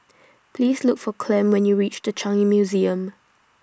Please Look For Clem when YOU REACH The Changi Museum